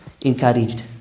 encouraged